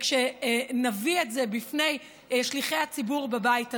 וכשנביא את זה בפני שליחי הציבור בבית הזה.